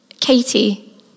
Katie